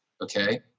okay